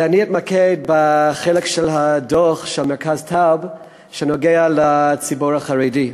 ואני אתמקד בחלק של הדוח של מרכז טאוב שנוגע בציבור החרדי.